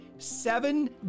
seven